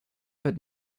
but